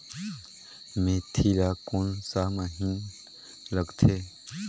मेंथी ला कोन सा महीन लगथे?